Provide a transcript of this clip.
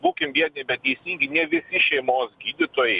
būkim biedni bet teisingi ne visi šeimos gydytojai